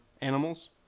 animals